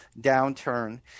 downturn